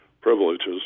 privileges